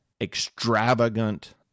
extravagant